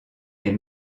est